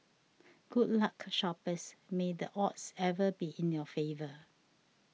good luck shoppers may the odds ever be in your favour